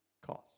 cost